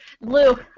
Lou